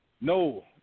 No